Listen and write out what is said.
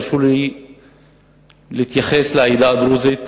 הרשו לי להתייחס לעדה הדרוזית,